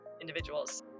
individuals